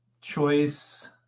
choice